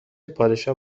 پادشاه